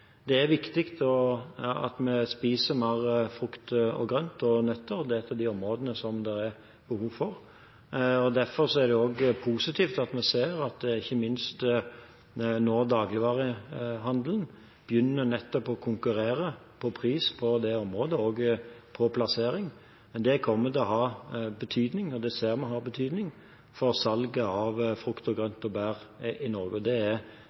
Det er viktig at vi spiser mer frukt og grønt og nøtter, det er det behov for. Derfor er det også positivt at vi ser at ikke minst dagligvarehandelen nå begynner å konkurrere på pris på nettopp det området, og på plassering. Det kommer til å ha betydning, og det ser vi har betydning for salget av frukt og grønt og bær i Norge. Det er veldig, veldig bra, og så er det